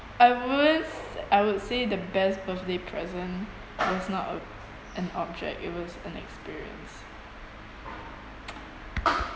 I wouldn't s~ I would say the best birthday present was not ob~ an object it was an experience